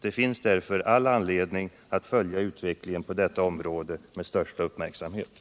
Det finns därför all anledning att följa utvecklingen på detta område med största uppmärksamhet.